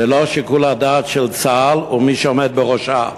ללא שיקול הדעת של צה"ל ומי שעומד בראשו.